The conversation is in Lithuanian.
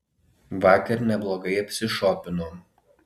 vakar neblogai apsišopinom